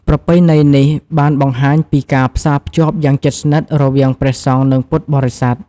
ប្រពៃណីនេះបានបង្ហាញពីការផ្សារភ្ជាប់យ៉ាងជិតស្និទ្ធរវាងព្រះសង្ឃ និងពុទ្ធបរិស័ទ។